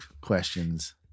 questions